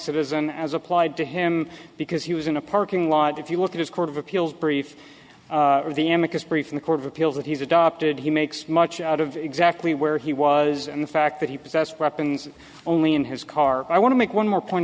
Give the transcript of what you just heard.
citizen as applied to him because he was in a parking lot if you look at his court of appeals brief brief in the court of appeals that he's adopted he makes much out of exactly where he was and the fact that he possessed weapons only in his car i want to make one more point